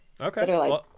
okay